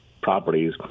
properties